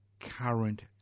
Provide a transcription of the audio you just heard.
current